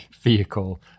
vehicle